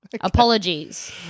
Apologies